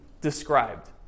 described